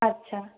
আচ্ছা